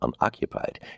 unoccupied